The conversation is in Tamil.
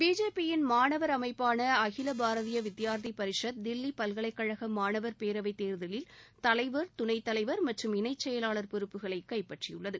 பிஜேபியின் மாணவர் அமைப்பான அகில பாரதிய வித்யார்த்தி பரிஷத் தில்லி பல்கலைக்கழக மாணவர் பேரவைத் தேர்தலில் தலைவர் தலைவர் மற்றும் இணைச் செயலாளர் பொறுப்புகளை கைப்பற்றியுள்ளது